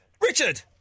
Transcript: Richard